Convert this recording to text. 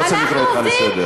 שתתפטר.